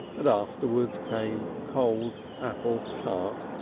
and afterwards came cold apple tart,